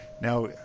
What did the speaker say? Now